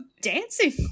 dancing